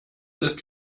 ist